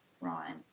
Ryan